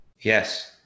Yes